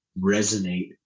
resonate